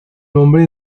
nombre